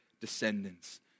descendants